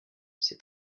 c’est